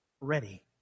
ready